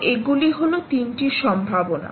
তো এগুলি হল তিনটি সম্ভাবনা